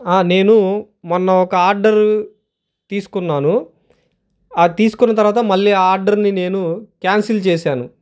నేను మొన్న ఒక ఆర్డర్ తీసుకున్నాను తీసుకున్న తర్వాత మళ్ళీ ఆర్డర్ని నేను క్యాన్సిల్ చేశాను